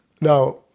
Now